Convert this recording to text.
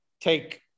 take